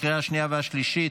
התקבלה בקריאה השנייה והשלישית,